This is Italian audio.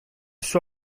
suo